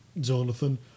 Jonathan